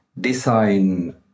design